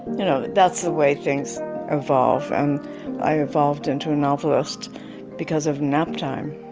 you know that's the way things evolve and i evolved into a novelist because of naptime